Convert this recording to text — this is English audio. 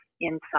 inside